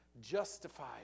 justified